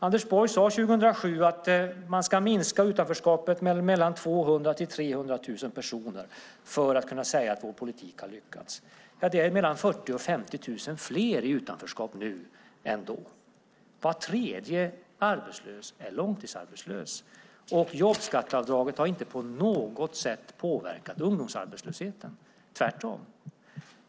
Anders Borg sade 2007 att man skulle minska utanförskapet med 200 000-300 000 personer för att kunna säga att politiken var lyckad. Det är mellan 40 000 och 50 000 fler i utanförskap nu än då. Var tredje arbetslös är långtidsarbetslös. Jobbskatteavdraget har inte på något sätt påverkat ungdomsarbetslösheten. Tvärtom!